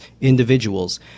individuals